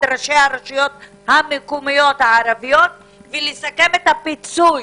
ראשי הרשויות המקומיות הערביות ולסכם את הפיצוי